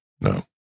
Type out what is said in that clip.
No